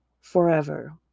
forever